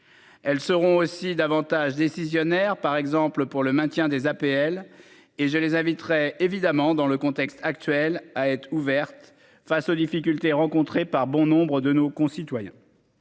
Elles seront aussi davantage décisionnaires par exemple pour le maintien des APL et je les inviterai évidemment dans le contexte actuel, à être ouverte. Face aux difficultés rencontrées par bon nombre de nos concitoyens.